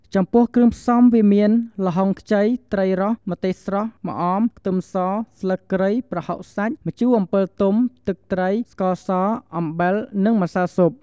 ចំពោះគ្រឿងផ្សំវាមាន ល្ហុងខ្ចី ត្រីរស់ ម្ទេសស្រស់ ម្អម ខ្ទឹមស ស្លឹកគ្រៃ ប្រហុកសាច់ ម្ជួអម្ពិលទុំ ទឹកត្រី ស្ករស អំបិល និងម្សៅស៊ុប។